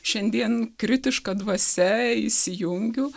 šiandien kritiška dvasia įsijungiu